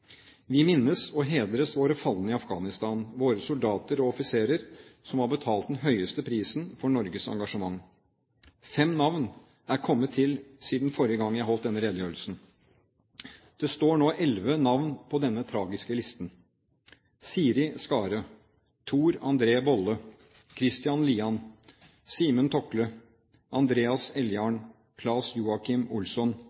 Vi minnes og hedrer våre falne i Afghanistan – våre soldater og offiserer som har betalt den høyeste prisen for Norges engasjement. Fem navn er kommet til siden forrige gang jeg holdt denne redegjørelsen. Det står nå ti navn på denne tragiske listen: Siri Skare, Tor André Bolle, Christian Lian, Simen Tokle, Andreas